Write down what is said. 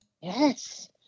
Yes